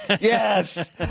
yes